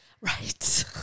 Right